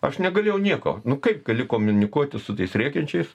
aš negalėjau nieko nu kaip gali komunikuoti su tais rėkiančiais